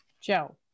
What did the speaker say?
Joe